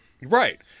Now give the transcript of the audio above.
Right